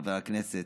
חבר הכנסת,